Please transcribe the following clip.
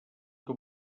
que